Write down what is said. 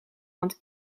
want